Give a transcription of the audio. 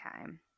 time